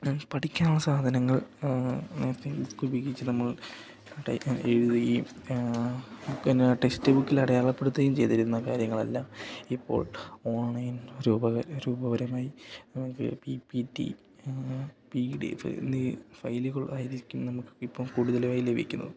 പഠിക്കാനുള്ള സാധനങ്ങൾ നേരത്തെ ബുക്ക് ഉപയോഗിച്ച് നമ്മൾ എഴുതുകയും പിന്നെ ടെക്സ്റ്റ്ബുക്കിൽ അടയാളപ്പെടുത്തുകയും ചെയ്തിരുന്ന കാര്യങ്ങളല്ലാം ഇപ്പോൾ ഓൺലൈൻ രൂപരമായി നമുക്ക് P P T P D F എന്നീ ഫൈലുകൾ ആയിരിക്കും നമുക്ക് ഇപ്പം കൂടുതലായി ലഭിക്കുന്നത്